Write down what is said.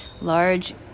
large